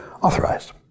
authorized